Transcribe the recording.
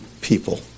people